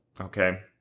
okay